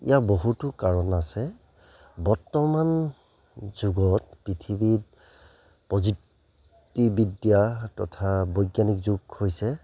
ইয়াৰ বহুতো কাৰণ আছে বৰ্তমান যুগত পৃথিৱীত প্ৰযুক্তিবিদ্যা তথা বৈজ্ঞানিক যুগ হৈছে